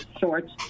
shorts